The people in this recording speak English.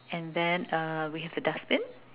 and then uh we have the dustbin